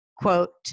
Quote